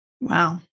Wow